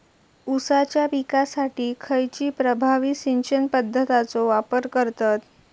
ऊसाच्या पिकासाठी खैयची प्रभावी सिंचन पद्धताचो वापर करतत?